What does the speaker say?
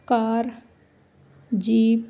car jeep